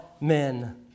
men